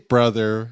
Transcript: Brother